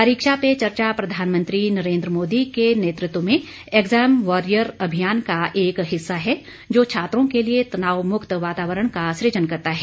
परीक्षा पे चर्चा प्रधानमंत्री नरेंद्र मोदी के नेतृत्व में एग्ज़ाम वॉरियर अभियान का एक हिस्सा है जो छात्रों के लिए तनाव मुक्त वातावरण का सृजन करता है